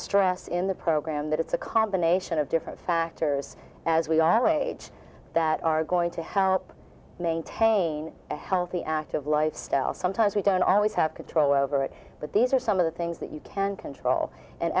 stress in the program that it's a combination of different factors as we are age that are going to help maintain a healthy active lifestyle sometimes we don't always have control over it but these are some of the things that you can control and